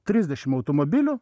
trisdešimt automobilių